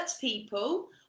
people